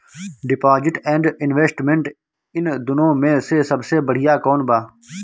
Deposit and investment इन दुनो मे से सबसे बड़िया कौन बा?